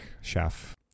chef